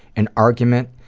an argument,